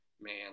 Man